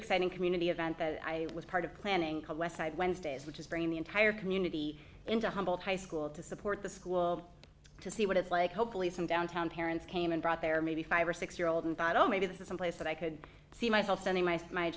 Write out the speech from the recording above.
exciting community event that i was part of planning called west side wednesdays which is bringing the entire community into humboldt high school to support the school to see what it's like hopefully some downtown parents came and brought there maybe five or six year old and thought oh maybe this is some place that i could see myself sending m